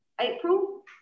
April